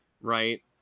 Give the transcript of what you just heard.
right